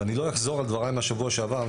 אני לא אחזור על דבריי מהשבוע שעבר,